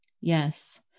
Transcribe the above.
Yes